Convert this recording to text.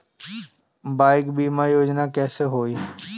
Bike बीमा योजना कैसे होई?